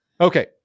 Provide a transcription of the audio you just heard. Okay